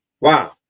Wow